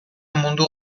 mundu